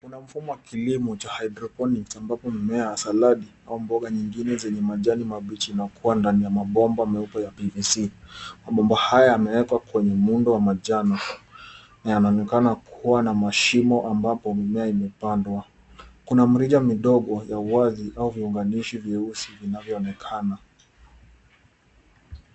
Kuna mfumo wa kilimo cha hydroponics ambapo mmea wa saladi au mboga nyingine zenye majani mabichi inakua ndani ya mabomba meupe ya PVC . Mabomba haya yamewekwa kwenye muundo wa manjano yanaonekana kuwa na mashimo ambapo mimea imepandwa. Kuna mrija midogo wa uwazi au viunganishi vyeusi vinavyoonekana.